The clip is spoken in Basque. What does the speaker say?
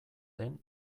den